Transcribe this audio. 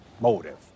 motive